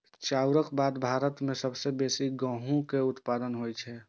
चाउरक बाद भारत मे सबसं बेसी गहूमक उत्पादन होइ छै